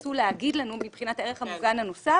רצו להגיד לנו מבחינת הערך המופגן הנוסף.